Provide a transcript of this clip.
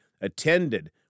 attended